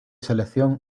selección